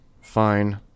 fine